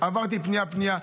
עברתי פנייה-פנייה,